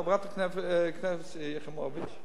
חברת הכנסת שלי יחימוביץ,